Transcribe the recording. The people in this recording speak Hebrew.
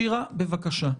שירה, בבקשה.